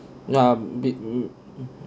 ya beaten